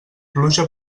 pluja